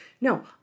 No